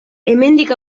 hemendik